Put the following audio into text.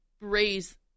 raise